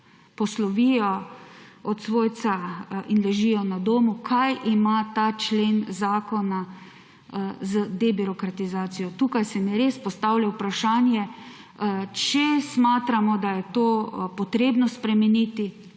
poslovijo od svojca, ki leži na domu – kaj ima ta člen zakona z debirokratizacijo? Tukaj se mi res postavlja vprašanje. Če smatramo, da je to potrebno spremeniti,